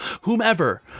whomever